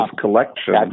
collection